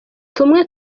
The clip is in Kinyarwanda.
tumwe